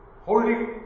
holding